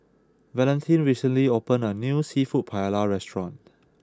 Valentin recently opened a new Seafood Paella restaurant